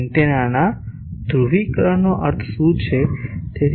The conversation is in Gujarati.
એન્ટેનાના ધ્રુવીકરણનો અર્થ શું છે